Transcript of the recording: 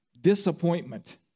Disappointment